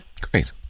Great